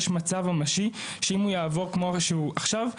מצב ממשי שאם הוא יעבור כמו שהוא עכשיו,